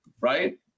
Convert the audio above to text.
right